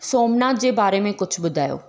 सोमनाथ जे बारे में कुझु ॿुधायो